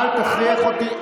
אל תכריח אותי,